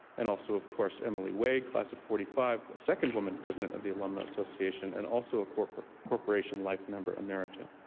and also, of course emily wade, class of forty five, the second woman president of the alumni association, and also a corporation corporation life member emerita.